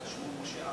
שמו משה ארנס,